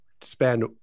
spend